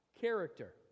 character